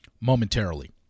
momentarily